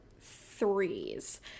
threes